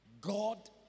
God